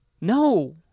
no